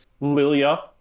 lilia